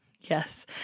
Yes